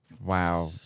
Wow